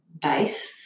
base